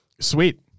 Sweet